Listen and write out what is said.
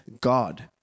God